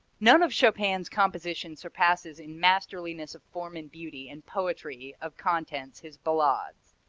none of chopin's compositions surpasses in masterliness of form and beauty and poetry of contents his ballades.